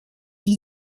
this